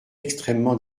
extrêmement